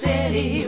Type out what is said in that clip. City